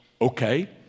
okay